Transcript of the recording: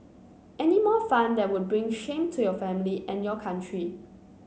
any more fun that that would bring shame to your family and your country